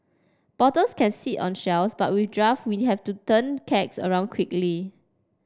bottles can sit on shelves but with draft we have to turn kegs around quickly